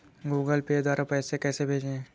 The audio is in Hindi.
गूगल पे द्वारा पैसे कैसे भेजें?